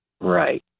Right